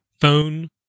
phone